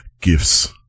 Gifts